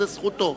זאת זכותו.